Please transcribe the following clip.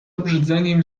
obrzydzeniem